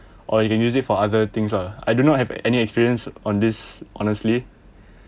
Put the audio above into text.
or you can use it for other things lah I do not have any experience on this honestly